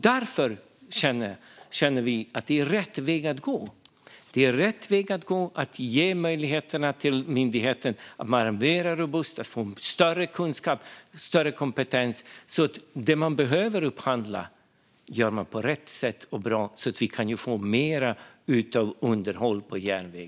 Därför känner vi att det är rätt väg att gå, det vill säga att ge möjligheter till myndigheten att vara mer robust, få större kunskap och kompetens, så att det man behöver upphandla görs rätt och bra så att det går att få ut mer av underhåll och järnväg.